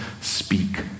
speak